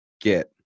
get